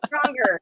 stronger